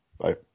Bye